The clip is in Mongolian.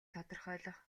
тодорхойлох